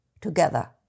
together